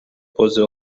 pozy